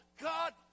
God